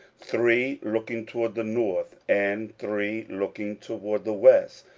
three looking toward the north, and three looking toward the west,